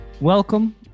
Welcome